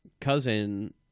cousin